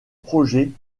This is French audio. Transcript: projet